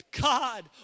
God